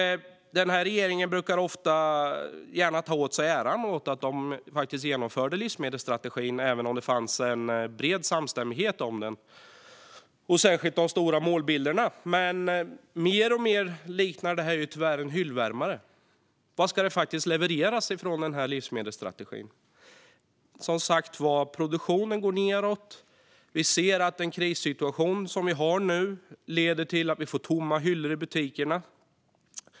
Den här regeringen brukar gärna ta åt sig äran för att de faktiskt genomförde livsmedelsstrategin även om det fanns en bred samstämmighet om den och särskilt om de stora målbilderna. Men mer och mer liknar det här tyvärr en hyllvärmare. Vad ska faktiskt levereras från den här livsmedelsstrategin? Produktionen går som sagt nedåt. Vi ser att den krissituation som vi har här nu leder till att vi får tomma hyllor i butikerna.